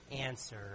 answer